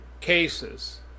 cases